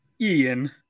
Ian